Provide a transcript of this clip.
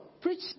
preach